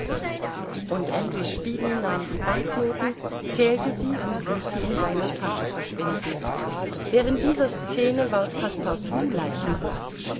und andrew speedy nahm die banknoten zählte sie und ließ sie in seiner tasche verschwinden während dieser scene ward passepartout leichenblaß